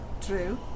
true